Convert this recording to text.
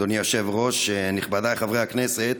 אדוני היושב-ראש, נכבדיי חברי הכנסת,